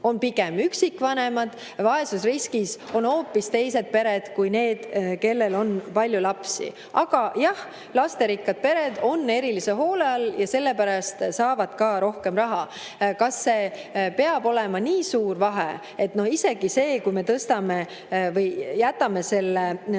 on pigem üksikvanemad, vaesusriskis on hoopis teised pered kui need, kellel on palju lapsi. Aga jah, lasterikkad pered on erilise hoole all ja sellepärast saavad ka rohkem raha. Kas see peab olema nii suur vahe, isegi see, kui me tõstame või jätame selle